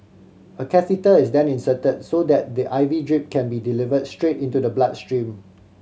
a catheter is then insert so that the I V drip can be deliver straight into the blood stream